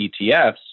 ETFs